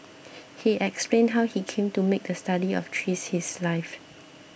he explained how he came to make the study of trees his life